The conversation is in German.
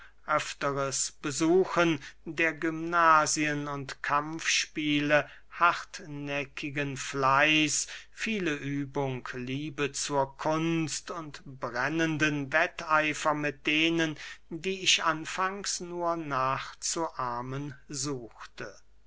besuchen der gymnasien und kampfspiele hartnäckigen fleiß viele übung liebe zur kunst und brennenden wetteifer mit denen die ich anfangs nur nachzuahmen suchte